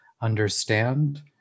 understand